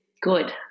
good